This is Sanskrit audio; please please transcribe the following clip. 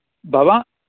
भवा